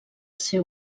ser